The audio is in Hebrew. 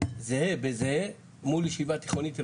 זה בזה מול ישיבה תיכונית רגילה?